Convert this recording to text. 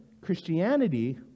Christianity